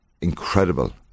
incredible